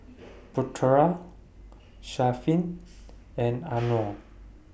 Putera Syafiq and Anuar